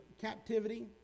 captivity